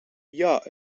jag